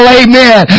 amen